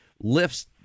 lifts